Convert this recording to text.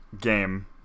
game